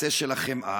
בנושא של החמאה